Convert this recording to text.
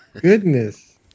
goodness